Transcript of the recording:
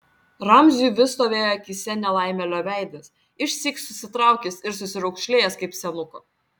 ramziui vis stovėjo akyse nelaimėlio veidas išsyk susitraukęs ir susiraukšlėjęs kaip senuko